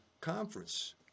conference